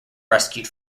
rescued